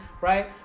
right